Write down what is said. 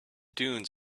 dunes